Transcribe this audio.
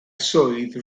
swydd